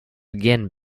again